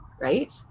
right